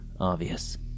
obvious